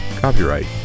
copyright